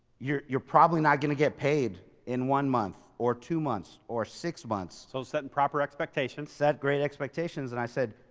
you're you're probably not going to get paid in one month or two months or six months. so setting proper expectations. set great expectations. and i said,